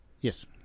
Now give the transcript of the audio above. Yes